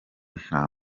nta